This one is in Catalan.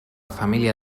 família